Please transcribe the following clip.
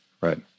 Right